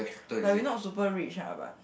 like we not super rich ah but